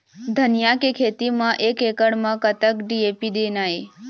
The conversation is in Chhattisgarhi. धनिया के खेती म एक एकड़ म कतक डी.ए.पी देना ये?